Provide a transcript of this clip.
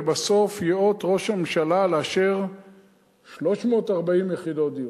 ובסוף ייאות ראש הממשלה לאשר 340 יחידות דיור.